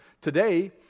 today